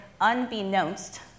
unbeknownst